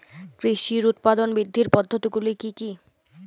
কৃষির উৎপাদন বৃদ্ধির পদ্ধতিগুলি কী কী?